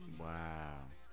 wow